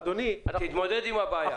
אדוני, תתמודד עם הבעיה.